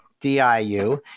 DIU